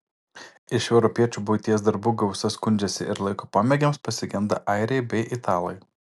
iš europiečių buities darbų gausa skundžiasi ir laiko pomėgiams pasigenda airiai bei italai